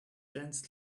dense